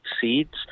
seeds